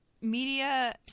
media